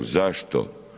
Zašto?